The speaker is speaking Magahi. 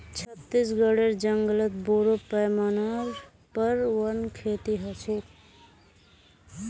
छत्तीसगढेर जंगलत बोरो पैमानार पर वन खेती ह छेक